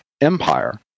empire